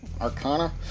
arcana